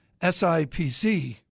SIPC